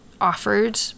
offered